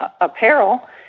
apparel